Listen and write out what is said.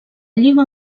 lliga